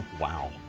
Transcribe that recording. Wow